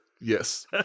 yes